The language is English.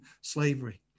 slavery